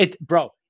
Bro